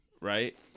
right